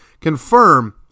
Confirm